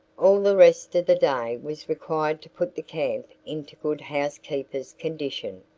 all the rest of the day was required to put the camp into good housekeeper's condition.